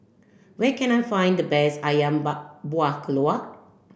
where can I find the best Ayam Buah Keluak